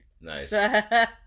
Nice